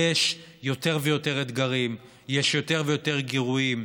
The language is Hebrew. ויש יותר ויותר אתגרים, יש יותר ויותר גירויים,